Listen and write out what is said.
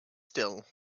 still